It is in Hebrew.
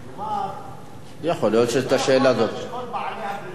לא יכול להיות שכל בעלי הבריכות